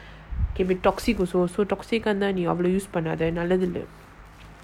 can be toxic also so toxic பண்ணாதநல்லதில்ல:pannatha nallathilla